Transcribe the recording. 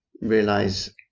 realize